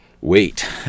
Wait